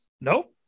nope